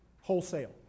wholesale